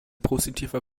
positiver